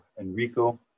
Enrico